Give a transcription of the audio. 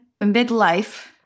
midlife